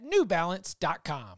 newbalance.com